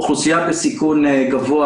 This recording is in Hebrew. אוכלוסייה בסיכון גבוה